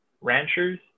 ranchers